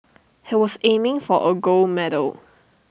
he was aiming for A gold medal